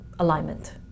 alignment